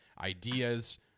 ideas